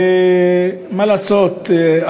ומה לעשות,